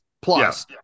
plus